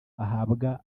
ahabwa